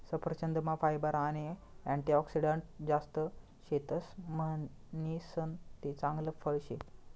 सफरचंदमा फायबर आणि अँटीऑक्सिडंटस जास्त शेतस म्हणीसन ते चांगल फळ शे